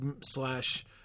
slash